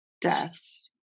deaths